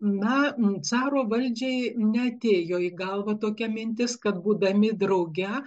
na caro valdžiai neatėjo į galvą tokia mintis kad būdami drauge